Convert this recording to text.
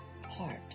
heart